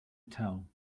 tell